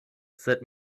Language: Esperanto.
sed